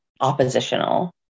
oppositional